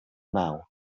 now